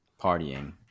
partying